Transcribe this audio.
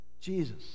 Jesus